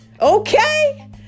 Okay